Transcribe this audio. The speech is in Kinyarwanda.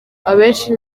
abenshi